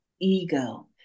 ego